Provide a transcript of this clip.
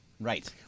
Right